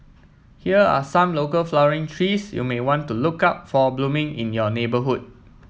here are some local flowering trees you may want to look out for blooming in your neighbourhood